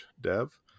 dev